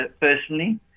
personally